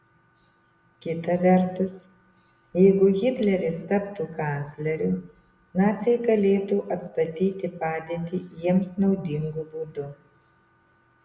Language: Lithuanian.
kita vertus jeigu hitleris taptų kancleriu naciai galėtų atstatyti padėtį jiems naudingu būdu